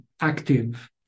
active